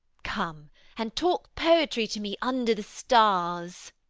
come and talk poetry to me under the stars.